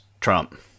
Trump